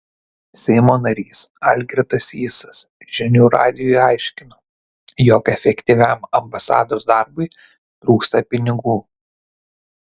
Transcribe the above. seimo narys algirdas sysas žinių radijui aiškino jog efektyviam ambasados darbui trūksta pinigų